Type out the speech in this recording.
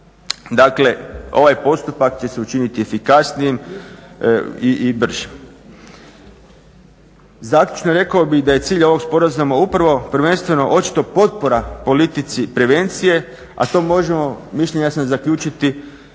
Dakle, ovaj postupak će se učiniti efikasnijim i bržim. Zaključno rekao bih da je cilj ovog sporazuma upravo prvenstveno očito potpora politici prevencije a to možemo mišljenja sam zaključiti iz